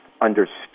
understood